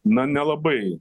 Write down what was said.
na nelabai